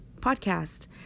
podcast